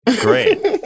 Great